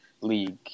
league